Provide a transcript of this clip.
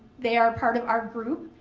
they are part of our group.